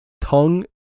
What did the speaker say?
tongue